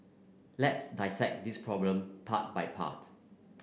let's dissect this problem part by part